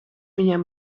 viņiem